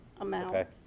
amount